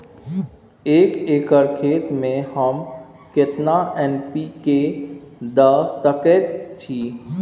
एक एकर खेत में हम केतना एन.पी.के द सकेत छी?